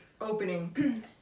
opening